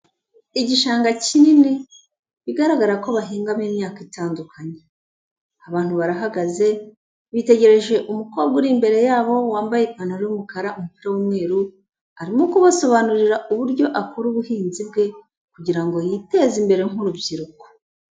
Igishanga kinini bigaragara ko bahingamo imyaka itandukanye. Abantu barahagaze bitegereje umukobwa uri imbere yabo wambaye ipantaro y'umukara, umupira w'umweru, arimo kubasobanurira uburyo akura ubuhinzi bwe, kugira ngo yiteze imbere nk'urubyiruko.